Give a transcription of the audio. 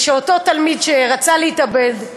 אותו תלמיד שרצה להתאבד,